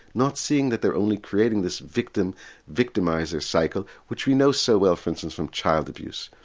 not seeing that they're only creating this victim victimiser cycle which we know so well for instance from child abuse.